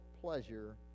pleasure